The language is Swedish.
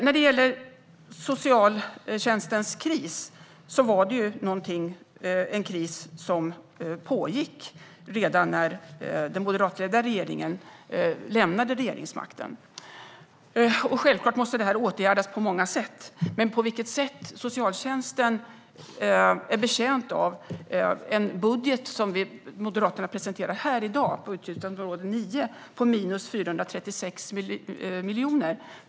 När det gäller socialtjänstens kris pågick denna kris redan när den moderatledda regeringen lämnade regeringsmakten. Självklart måste det här åtgärdas på många sätt, men jag kan inte riktigt förstå på vilket sätt socialtjänsten är betjänt av den budget som Moderaterna presenterar här i dag, inom utgiftsområde 9, som innebär ett minus på 436 miljoner.